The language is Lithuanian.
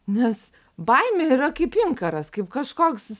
nes baimė yra kaip inkaras kaip kažkoks